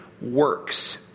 works